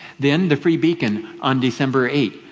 then, the free beacon, on december eight,